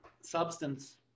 substance